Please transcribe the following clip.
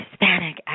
Hispanic